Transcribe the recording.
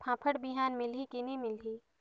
फाफण बिहान मिलही की नी मिलही?